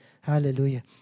Hallelujah